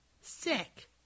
sick